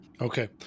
Okay